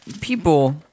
people